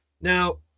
now